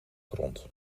grond